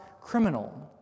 criminal